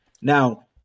Now